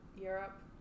Europe